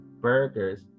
Burgers